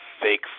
fake